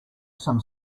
some